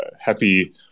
happy